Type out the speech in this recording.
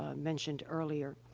ah mentioned earlier,